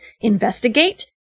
Investigate